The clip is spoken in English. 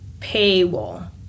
paywall